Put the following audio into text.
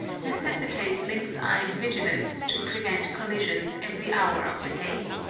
necessitate lynx-eyed vigilance to prevent collisions every hour of the day.